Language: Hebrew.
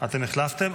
אתן החלפתן?